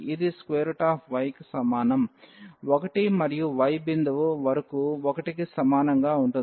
ఇది yకి సమానం 1 మరియు y భిందువు వరకు 1 కి సమానంగా ఉంటుంది